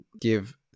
give